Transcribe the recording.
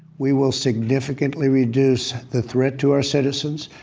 we will significantly reduce the threat to our citizens,